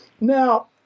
Now